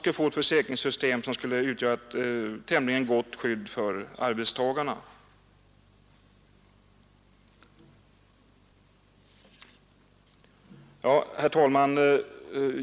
Ett sådant försäkringssystem skulle utgöra ett tämligen gott skydd för arbetstagarna. Herr talman!